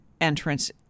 entrance